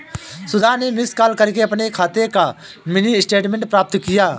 सुधा ने miss call करके अपने खाते का मिनी स्टेटमेंट प्राप्त किया